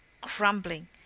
crumbling